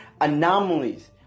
anomalies